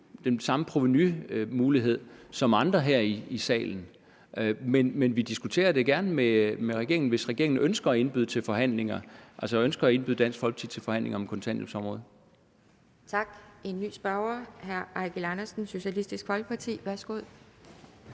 den samme provenumulighed som andre her i salen, men vi diskuterer det gerne med regeringen, hvis regeringen ønsker at indbyde Dansk Folkeparti til forhandlinger om kontanthjælpsområdet. Kl. 11:46 Anden næstformand (Pia Kjærsgaard): Tak.